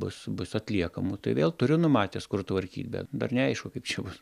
bus bus atliekamų tai vėl turiu numatęs kur tvarkyt bet dar neaišku kaip čia bus